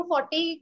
40